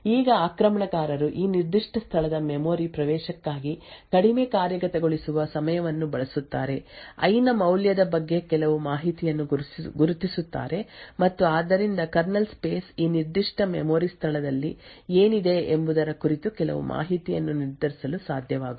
ಈಗ ಆಕ್ರಮಣಕಾರರು ಈ ನಿರ್ದಿಷ್ಟ ಸ್ಥಳದ ಮೆಮೊರಿ ಪ್ರವೇಶಕ್ಕಾಗಿ ಕಡಿಮೆ ಕಾರ್ಯಗತಗೊಳಿಸುವ ಸಮಯವನ್ನು ಬಳಸುತ್ತಾರೆ ಐ ನ ಮೌಲ್ಯದ ಬಗ್ಗೆ ಕೆಲವು ಮಾಹಿತಿಯನ್ನು ಗುರುತಿಸುತ್ತಾರೆ ಮತ್ತು ಆದ್ದರಿಂದ ಕರ್ನಲ್ ಸ್ಪೇಸ್ ಈ ನಿರ್ದಿಷ್ಟ ಮೆಮೊರಿ ಸ್ಥಳದಲ್ಲಿ ಏನಿದೆ ಎಂಬುದರ ಕುರಿತು ಕೆಲವು ಮಾಹಿತಿಯನ್ನು ನಿರ್ಧರಿಸಲು ಸಾಧ್ಯವಾಗುತ್ತದೆ